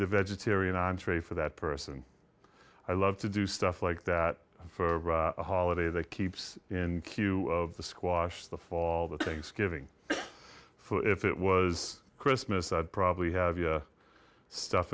the vegetarian entree for that person i love to do stuff like that for a holiday that keeps in q squash the fall the thanksgiving for if it was christmas i'd probably have stuff